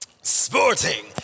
sporting